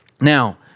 Now